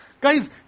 Guys